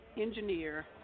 engineer